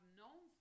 known